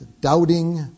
doubting